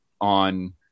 on